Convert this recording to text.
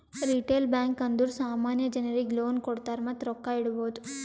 retail bank ಅಂದುರ್ ಸಾಮಾನ್ಯ ಜನರಿಗ್ ಲೋನ್ ಕೊಡ್ತಾರ್ ಮತ್ತ ರೊಕ್ಕಾ ಇಡ್ಬೋದ್